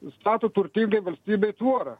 stato turtingai valstybei tvorą